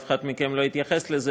אף אחד מכם לא התייחס לזה,